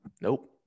Nope